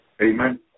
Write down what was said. Amen